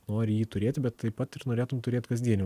nori jį turėti bet taip pat ir norėtum turėt kasdienį